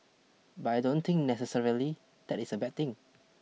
but I don't think necessarily that is a bad thing